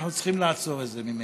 אנחנו צריכים למנוע את זה ממנו.